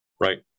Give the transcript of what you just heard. right